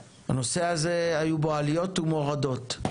הנושא הזה היו בו עליות ומורדות,